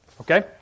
Okay